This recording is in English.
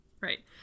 Right